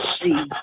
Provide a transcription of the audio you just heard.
see